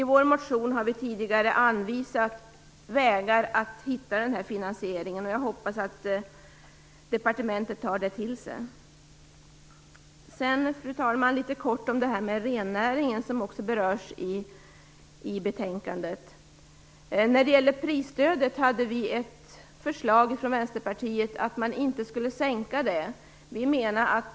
I vår motion har vi tidigare anvisat vägar att hitta denna finansiering, och jag hoppas att departementet tar till sig detta. Fru talman! Jag skall litet kort beröra rennäringen, som också berörs i betänkandet. Vänsterpartiet har ett förslag som handlar om prisstödet, och att det inte skall sänkas.